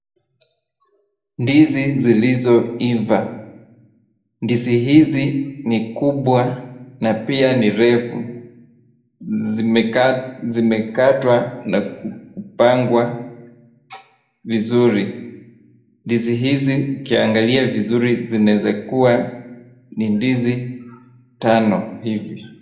Ndizi zilizoiva. Ndizi hizi ni kubwa na pia ni refu. Zimekatwa na kupangwa vizuri. Ndizi hizi ukiangalia vizuri zinaweza kuwa ni ndizi tano hivi.